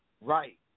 Right